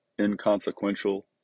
inconsequential